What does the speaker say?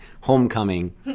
Homecoming